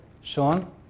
Sean